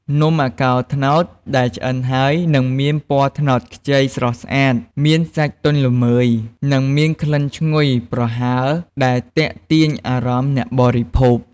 នំអាកោរត្នោតដែលឆ្អិនហើយ នឹងមានពណ៌ត្នោតខ្ចីស្រស់ស្អាត មានសាច់ទន់ល្មើយ និងមានក្លិនឈ្ងុយប្រហើរដែលទាក់ទាញអារម្មណ៍អ្នកបរិភោគ។